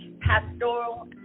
Pastoral